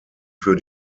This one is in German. für